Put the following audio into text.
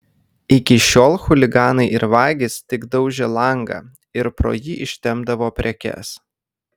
iki šiol chuliganai ir vagys tik daužė langą ir pro jį ištempdavo prekes